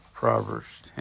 Proverbs